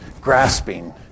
grasping